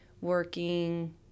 working